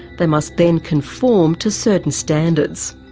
they must then conform to certain standards.